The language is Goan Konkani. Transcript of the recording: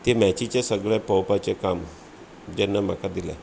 ती मॅचीचे सगळें पळोवपाचें काम जेन्ना म्हाका दिलें